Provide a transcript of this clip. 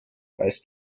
weißt